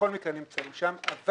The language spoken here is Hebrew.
אבל